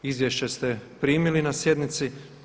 Izvješće ste primili na sjednici.